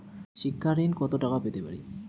শিক্ষা ঋণ কত টাকা পেতে পারি?